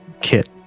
kit